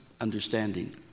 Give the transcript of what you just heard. understanding